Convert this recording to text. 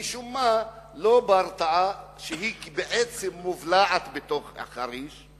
משום מה, לא ברטעה, שהיא בעצם מובלעת בתוך חריש,